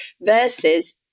versus